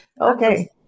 Okay